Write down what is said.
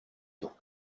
you